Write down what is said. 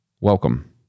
Welcome